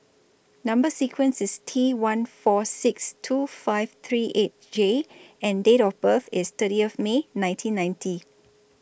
Number sequence IS T one four six two five three eight J and Date of birth IS thirty of May nineteen ninety